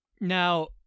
Now